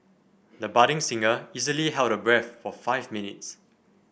the budding singer easily held her breath for five minutes